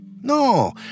No